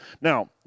Now